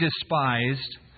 despised